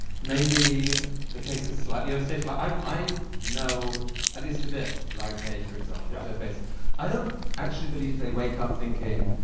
maybe the case is slightly overstated? like i know at least a bit larry page, for example, jeff bezos i don't actually believe they wake up thinking,